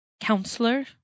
Counselor